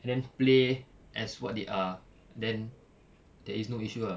and then play as what they are then there is no issue ah